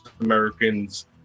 Americans